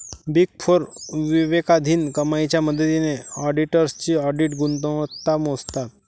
big four विवेकाधीन कमाईच्या मदतीने ऑडिटर्सची ऑडिट गुणवत्ता मोजतात